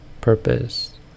purpose